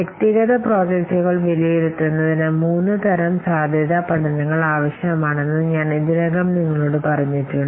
വ്യക്തിഗത പ്രോജക്റ്റുകൾ വിലയിരുത്തുന്നതിന് മൂന്ന് തരം സാധ്യതാ പഠനങ്ങൾ ആവശ്യമാണെന്ന് ഞാൻ ഇതിനകം നിങ്ങളോട് പറഞ്ഞിട്ടുണ്ട്